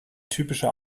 typischer